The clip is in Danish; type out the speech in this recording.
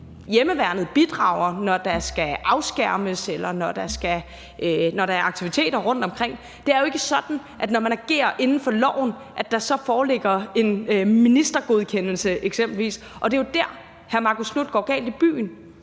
Hjemmeværnet bidrager, når der skal afskærmes, eller når der er aktiviteter rundtomkring. Det er jo ikke sådan, at der, når man agerer inden for loven, så eksempelvis foreligger en ministergodkendelse, og det er jo dér, hr. Marcus Knuth går galt i byen.